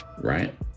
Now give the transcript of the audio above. right